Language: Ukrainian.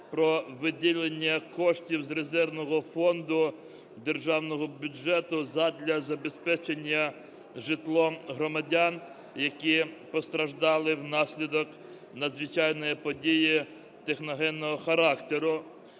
про виділення коштів з резервного фонду державного бюджету задля забезпечення житлом громадян, які постраждали внаслідок надзвичайної події техногенного характеру.